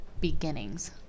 beginnings